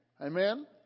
Amen